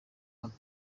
bantu